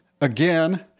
again